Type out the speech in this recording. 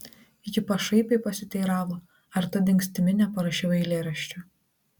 ji pašaipiai pasiteiravo ar ta dingstimi neparašiau eilėraščio